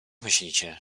myślicie